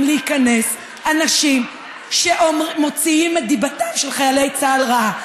להיכנס אנשים שמוציאים את דיבתם של חיילי צה"ל רעה.